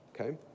Okay